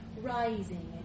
rising